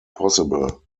possible